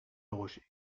rocher